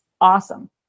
awesome